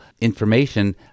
information